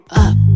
up